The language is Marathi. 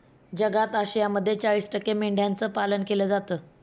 जगात आशियामध्ये चाळीस टक्के मेंढ्यांचं पालन केलं जातं